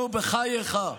נו, בחייך.